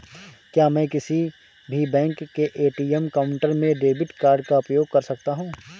क्या मैं किसी भी बैंक के ए.टी.एम काउंटर में डेबिट कार्ड का उपयोग कर सकता हूं?